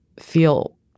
feel